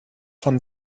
von